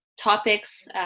topics